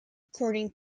according